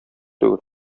түгел